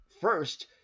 first